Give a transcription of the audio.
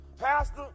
pastor